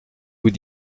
vous